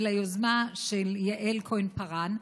וליוזמה של יעל כהן-פארן,